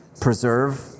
preserve